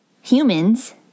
humans